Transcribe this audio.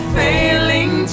failing